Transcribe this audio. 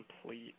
complete